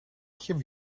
have